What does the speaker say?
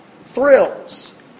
thrills